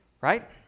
Right